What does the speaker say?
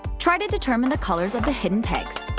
try to determine the colors of the hidden pegs.